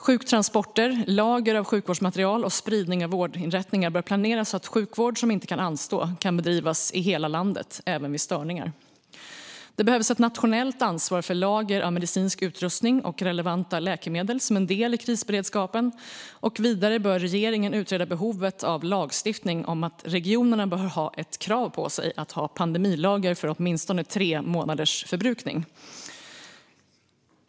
Sjuktransporter, lager av sjukvårdsmateriel och spridning av vårdinrättningar bör planeras så att sjukvård som inte kan anstå kan bedrivas i hela landet även vid störningar. Det behövs ett nationellt ansvar för lager av medicinsk utrustning och relevanta läkemedel som en del i krisberedskapen. Vidare bör regeringen utreda behovet av lagstiftning om att regionerna ska ha ett krav på sig att ha pandemilager för åtminstone tre månaders förbrukning.